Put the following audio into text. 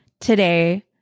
today